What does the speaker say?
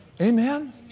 Amen